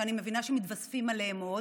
שאני מבינה שמתווספים עליהם עוד,